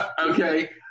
Okay